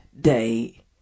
day